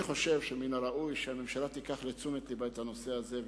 אני חושב שמן הראוי שהממשלה תיקח לתשומת לבה את הנושא הזה,